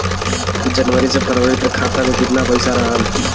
जनवरी से फरवरी तक खाता में कितना पईसा रहल?